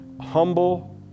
humble